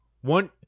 One